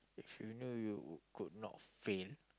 if you knew you could not fail